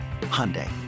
Hyundai